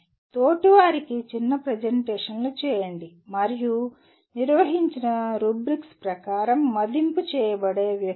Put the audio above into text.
తోటివారికి చిన్న ప్రెజెంటేషన్లు చేయండి మరియు నిర్వహించిన రబ్రిక్స్ ప్రకారం మదింపు చేయబడే వ్యక్తులు